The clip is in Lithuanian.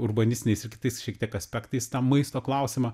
urbanistiniais ir kitais šiek tiek aspektais tą maisto klausimą